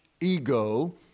ego